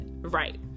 right